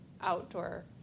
outdoor